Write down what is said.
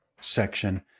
section